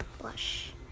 blush